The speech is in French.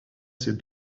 ses